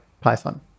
Python